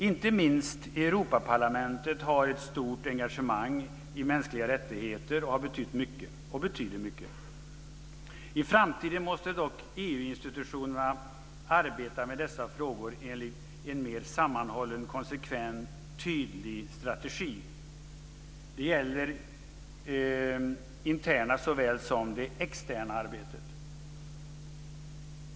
Inte minst Europaparlamentet har ett stort engagemang i mänskliga rättigheter och har betytt och betyder mycket. I framtiden måste dock EU-institutionerna arbeta med dessa frågor enligt en mer sammanhållen, konsekvent och tydlig strategi. Det gäller det interna såväl som det externa arbetet.